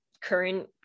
current